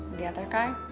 the other guy?